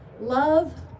love